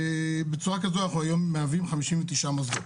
בצורה הזו אנחנו היום מהווים 59 מוסדות.